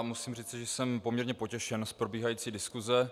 Musím říci, že jsem poměrně potěšen probíhající diskusí.